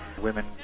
Women